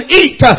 eat